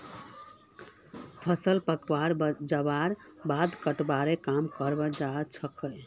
फसल पाके जबार बादे कटवार काम कराल जाछेक